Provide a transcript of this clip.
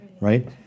right